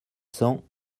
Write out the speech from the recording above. cents